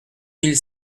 mille